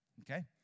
Okay